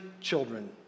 children